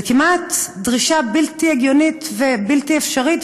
זה כמעט דרישה בלתי הגיונית ובלתי אפשרית,